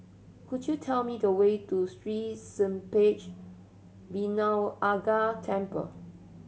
could you tell me the way to Sri Senpaga Vinayagar Temple